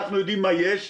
אנחנו יודעים מה יש,